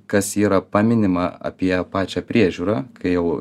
kas yra paminima apie pačią priežiūrą kai jau